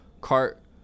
cart